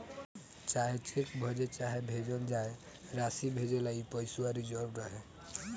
चाहे चेक भजे चाहे भेजल जाए, रासी भेजेला ई पइसवा रिजव रहे